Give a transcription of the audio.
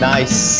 Nice